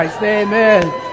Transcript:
Amen